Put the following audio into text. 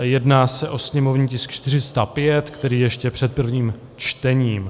Jedná se o sněmovní tisk 405, který je ještě před prvním čtením.